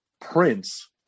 Prince